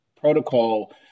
protocol